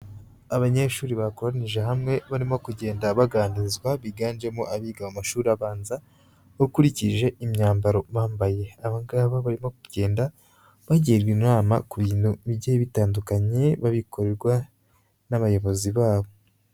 Abanyeshuri bakoranije hamwe barimo kugenda baganirizwa, biganjemo abiga mu mashuri abanza ukurikije imyambaro bambaye. Abangaba barimo kugenda bagirwa inama ku bintu bijye bitandukanye babikorewa n'abayobozi babo.